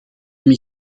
demi